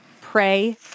pray